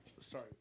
sorry